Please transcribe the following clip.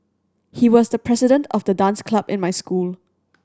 he was the president of the dance club in my school